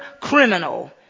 criminal